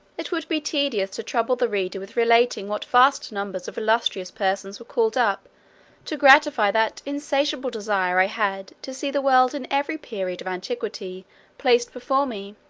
it would be tedious to trouble the reader with relating what vast numbers of illustrious persons were called up to gratify that insatiable desire i had to see the world in every period of antiquity placed before me.